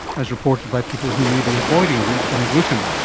as reported by people who may be avoiding wheat and gluten,